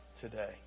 today